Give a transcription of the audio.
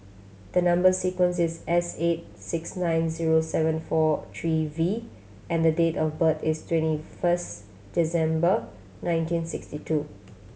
the number sequence is S eight six nine zero seven four three V and the date of birth is twenty first December nineteen sixty two